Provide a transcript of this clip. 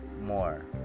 more